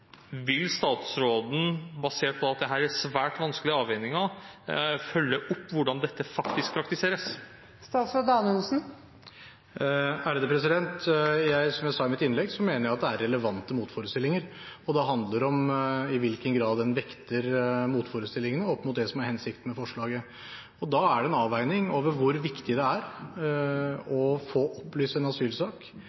vil statsråden, fordi dette er svært vanskelige avveininger, følge opp hvordan dette faktisk praktiseres? Som jeg sa i mitt innlegg, mener jeg at det er relevante motforestillinger, og det handler om i hvilken grad en vekter motforestillingene opp mot det som er hensikten med forslaget. Da er det en avveining av hvor viktig det er